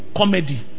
comedy